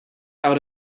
out